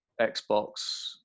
Xbox